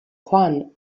juan